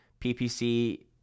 PPC